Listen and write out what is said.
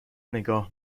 نگاه